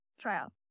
tryout